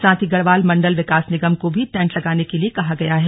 साथ ही गढ़वाल मंडल विकास निगम को भी टेंट लगाने के लिए कहा गया है